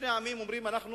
שני העמים אומרים: אנחנו,